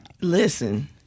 Listen